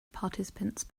participants